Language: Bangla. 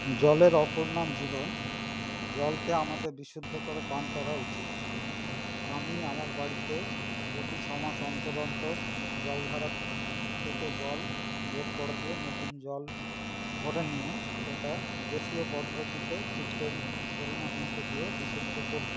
জলের অপর নাম জীবন জলকে আমাদের বিশুদ্ধ করে পান করা উচিত আমি আমার বাড়িতে প্রতি ছ মাস অন্তর অন্তর জল ধারার থেকে জল বের করে দে নতুন জল ভরে নিয়ে সেটা দেশীয় পদ্ধতিতে ফিটকারি পরিমাণ মত দিয়ে বিশুদ্ধ করি